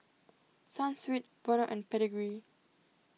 Sunsweet Vono and Pedigree